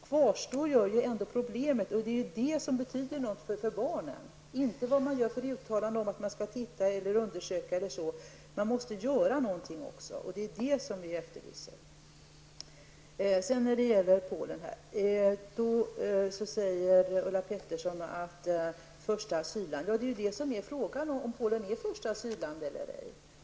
Problemet kvarstår ju ändå. Det är det som betyder något för barnen, inte vilka uttalanden som görs om vad man skall titta på eller undersöka osv. Det måste göras något också. Det är det som vi efterlyser. Vidare har vi Polen. Ulla Pettersson tar upp frågan om första asylland. Ja, frågan är om Polen kan betraktas som första asylland eller ej.